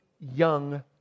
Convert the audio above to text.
young